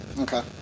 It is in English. Okay